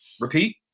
Repeat